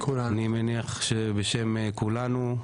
אני מניח שבשם כולנו,